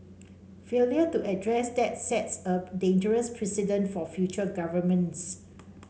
failure to address that sets a dangerous precedent for future governments